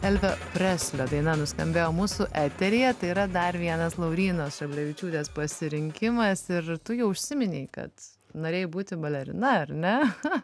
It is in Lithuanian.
elvio preslio daina nuskambėjo mūsų eteryje tai yra dar vienas laurynos šablevičiūtės pasirinkimas ir tu jau užsiminei kad norėjai būti balerina ar ne